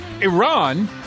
Iran